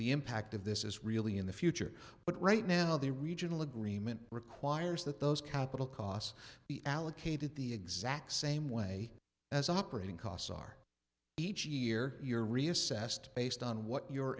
the impact of this is really in the future but right now the regional agreement requires that those capital costs be allocated the exact same way as operating costs are each year you're reassessed based on what your